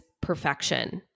perfection